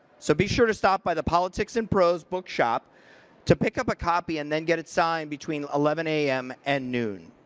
so be sure to stop by the politics and pros bookshop to pick up a copy and then get it signed between eleven a m. and noon.